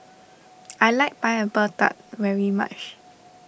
I like Pineapple Tart very much